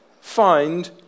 find